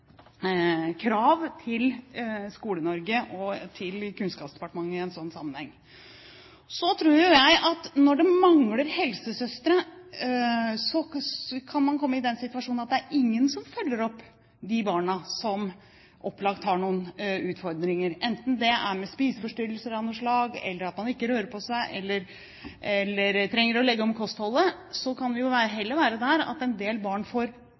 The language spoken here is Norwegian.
krav til Skole-Norge og til Kunnskapsdepartementet i en sånn sammenheng. Jeg tror at når det gjelder mangel på helsesøstre, kan man komme i den situasjonen at det ikke er noen som følger opp de barna som opplagt har noen utfordringer, enten det er spiseforstyrrelser av noe slag, eller at man ikke rører på seg, eller at man trenger å legge om kostholdet. Vi er heller der at en del barn får